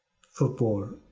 football